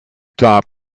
top